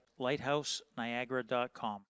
lighthouseniagara.com